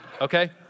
okay